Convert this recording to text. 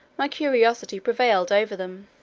my curiosity prevailed over them.